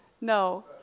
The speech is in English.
No